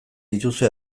dituzue